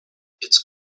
its